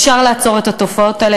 אפשר לעצור את התופעות האלה,